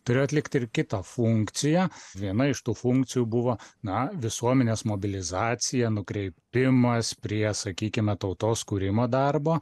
turėjo atlikti ir kitą funkciją viena iš tų funkcijų buvo na visuomenės mobilizacija nukreipimas prie sakykime tautos kūrimo darbo